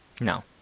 No